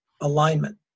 alignment